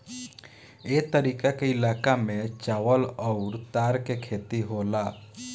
ए तरीका के इलाका में चावल अउर तार के खेती होला